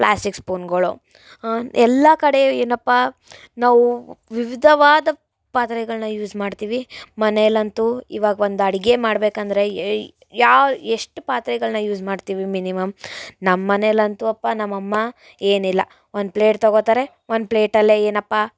plastic ಸ್ಪೂನ್ಗಳು ಎಲ್ಲ ಕಡೆ ಏನಪ್ಪ ನಾವು ವಿವಿಧವಾದ ಪಾತ್ರೆಗಳನ್ನ ಯೂಸ್ ಮಾಡ್ತೀವಿ ಮನೆಯಲ್ಲಂತೂ ಇವಾಗ ಒಂದು ಅಡುಗೆ ಮಾಡಬೇಕಂದ್ರೆ ಏಯ್ ಯಾ ಎಷ್ಟು ಪಾತ್ರೆಗಳನ್ನ ಯೂಸ್ ಮಾಡ್ತೀವಿ ಮಿನಿಮಮ್ ನಮ್ಮ ಮನೆಯಲ್ಲಂತೂ ಅಪ್ಪ ನಮ್ಮ ಅಮ್ಮ ಏನಿಲ್ಲ ಒಂದು ಪ್ಲೇಟ್ ತಗೋತಾರೆ ಒಂದು ಪ್ಲೇಟಲ್ಲೆ ಏನಪ್ಪ